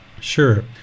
Sure